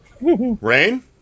Rain